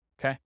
Okay